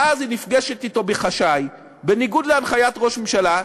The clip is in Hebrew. ואז היא נפגשת אתו בחשאי בניגוד להנחיית ראש הממשלה.